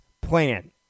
plan